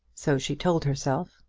so she told herself,